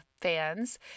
fans